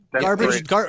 garbage